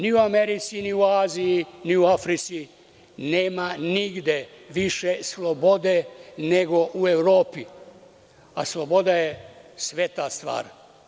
Ni u Americi, ni u Aziji, ni u Africi, nema nigde više slobode nego u Evropi, a sloboda je sveta stvar.